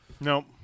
Nope